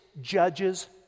judges